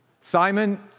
Simon